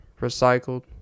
recycled